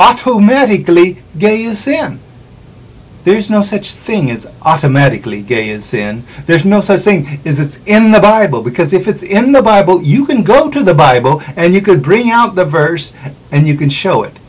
automatically get you see him there is no such thing as automatically gay is sin there's no such thing is it's in the bible because if it's in the bible you can go to the bible and you could bring out the verse and you can show it